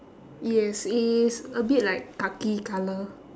yes it is a bit like khaki colour